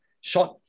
short